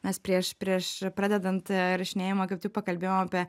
mes prieš prieš pradedant a rašinėjimą kaip tik pakalbėjom apie